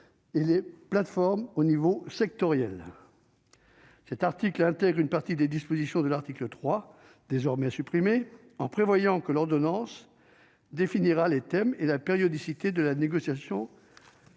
et les plateformes à l'échelon sectoriel. Cet article intègre une partie des dispositions de l'article 3, qui a été supprimé, en prévoyant que l'ordonnance définira les thèmes et la périodicité de la négociation